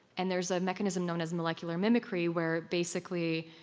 and there's a mechanism known as molecular mimicry, where basically,